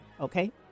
Okay